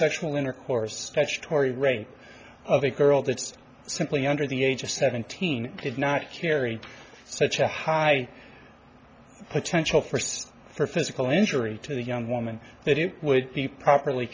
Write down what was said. sexual intercourse statutory rape of a girl that's simply under the age of seventeen could not carry such a high potential for some physical injury to the young woman that it would be properly